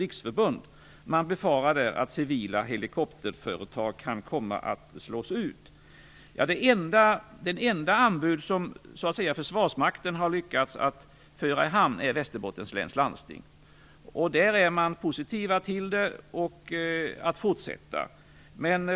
Dessa befarar att civila helikopterföretag kan komma att slås ut. Det enda anbud som Försvarsmakten har lyckats föra i hamn är det som gäller Västerbottens läns landsting. Där är man positiv till att samarbetet fortsätter.